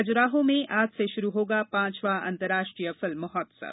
खजुराहों में आज से शुरू होगा पांचवां अंतर्राष्ट्रीय फिल्म महोत्सव